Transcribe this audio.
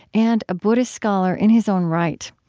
and a buddhist scholar in his own right.